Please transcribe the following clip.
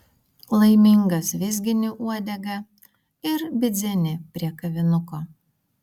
laimingas vizgini uodegą ir bidzeni prie kavinuko